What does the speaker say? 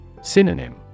Synonym